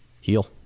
heal